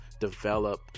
develop